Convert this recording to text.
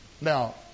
Now